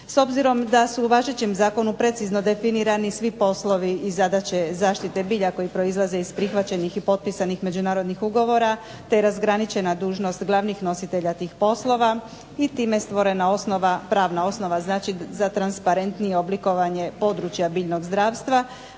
S obzirom da su u važećem zakonu precizno definirani svi poslovi i zadaće zaštite bilja koji proizlaze iz prihvaćenih i potpisanih međunarodnih ugovora, te je razgraničena dužnost glavnih nositelja tih poslova, i time je stvorena osnova, pravna osnova znači za transparentnije oblikovanje područja biljnog zdravstva,